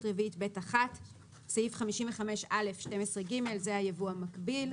רביעית ב'1 (סעיף 55א12ג) הייבוא המקביל.